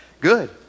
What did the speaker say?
good